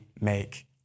make